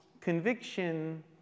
conviction